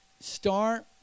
Start